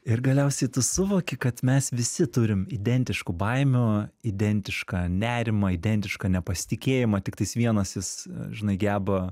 ir galiausiai tu suvoki kad mes visi turim identiškų baimių identišką nerimą identišką nepasitikėjimą tiktais vienas jis žinai geba